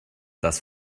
das